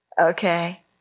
Okay